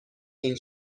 این